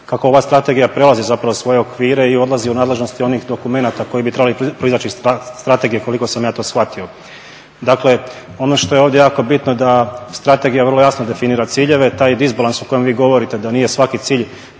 kako ova strategija prelazi svoje okvire i odlazi u nadležnost onih dokumenata koji bi trebali proizaći iz strategije koliko sam ja to shvatio. Dakle ono što je ovdje jako bitno da strategija vrlo jasno definira ciljeve, taj disbalans o kojem vi govorite da nije svaki cilj